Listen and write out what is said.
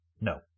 No